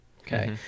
Okay